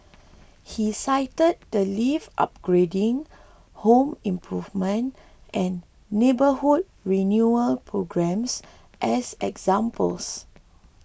he cited the lift upgrading home improvement and neighbourhood renewal programmes as examples